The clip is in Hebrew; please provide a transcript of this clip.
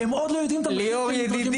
כשהם עוד לא יודעים את המחירים --- ליאור ידידי,